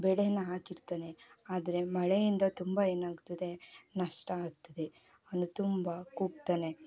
ಬೆಳೆನ ಹಾಕಿರ್ತಾನೆ ಆದರೆ ಮಳೆಯಿಂದ ತುಂಬ ಏನಾಗ್ತದೆ ನಷ್ಟ ಆಗ್ತದೆ ಅವನು ತುಂಬ ಕುಗ್ತಾನೆ